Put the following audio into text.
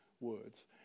words